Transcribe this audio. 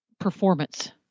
performance